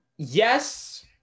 Yes